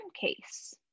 case